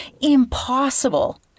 impossible